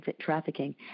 trafficking